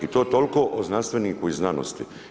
I to toliko o znanstveniku i znanosti.